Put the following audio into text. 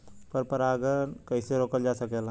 पर परागन कइसे रोकल जा सकेला?